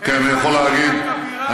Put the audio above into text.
אני יכול להגיד, איזו הצלחה כבירה.